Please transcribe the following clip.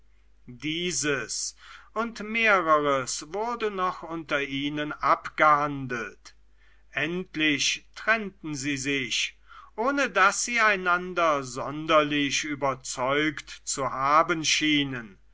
dieses und mehreres wurde noch unter ihnen abgehandelt endlich trennten sie sich ohne daß sie einander sonderlich überzeugt zu haben schienen